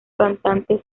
cantante